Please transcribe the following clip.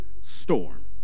storm